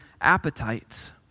appetites